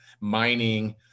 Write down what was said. mining